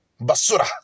Basura